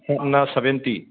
ꯄꯣꯛꯅ seventy